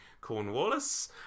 Cornwallis